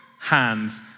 hands